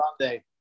Sunday